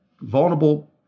Vulnerable